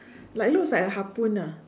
like looks like a harpoon ah